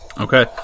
Okay